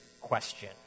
question